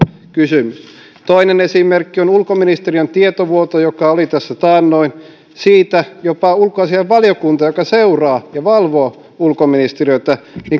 kysymys toinen esimerkki on ulkoministeriön tietovuoto joka oli tässä taannoin siitä jopa ulkoasiainvaliokunta joka seuraa ja valvoo ulkoministeriötä